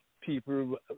people